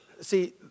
See